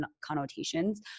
connotations